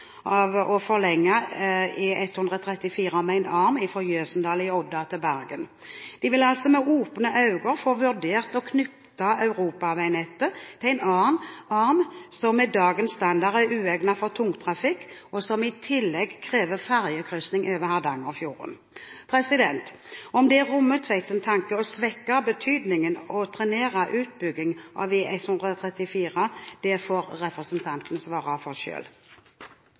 av å forlenge E134 med en arm fra Jøsendal i Odda og til Bergen. De vil altså med åpne øyne få vurdert å knytte europaveinettet til en arm som med dagens standard er uegnet for tungtrafikk, og som i tillegg krever ferjekryssing over Hardangerfjorden. Om det er Rommetveits tanke å svekke betydningen av og trenere utbyggingen av E134, får representanten svare for